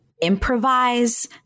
improvise